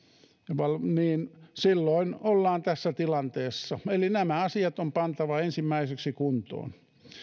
niin silloin ollaan tässä tilanteessa eli nämä asiat on pantava ensimmäiseksi kuntoon